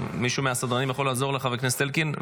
מישהו מהסדרנים יכול לעזור לחבר הכנסת אלקין?